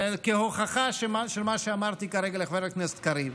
זה כהוכחה למה שאמרתי כרגע לחבר הכנסת קריב: